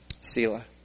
Selah